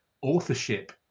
authorship